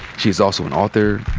she is also an author,